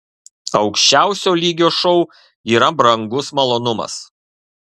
aukščiausio lygio šou yra brangus malonumas